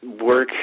work